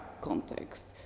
context